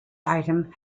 item